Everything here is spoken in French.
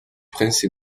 prince